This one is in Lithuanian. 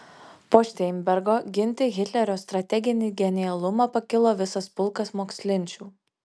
po šteinbergo ginti hitlerio strateginį genialumą pakilo visas pulkas mokslinčių